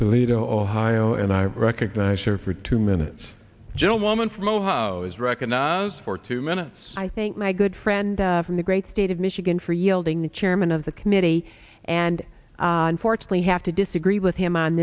toledo ohio and i recognize her for two minutes gentlewoman from ohio is recognized for two minutes i thank my good friend from the great state of michigan for yielding the chairman of the committee and unfortunately have to disagree with him on